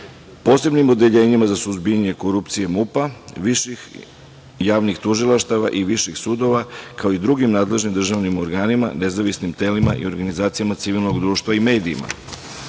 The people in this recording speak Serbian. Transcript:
posebnim odeljenjima za suzbijanje korupcije MUP-a, viših javnih tužilaštava i viših sudova, kao i drugim nadležnim državnim organima, nezavisnim telima i organizacijama civilnog društva i medijima.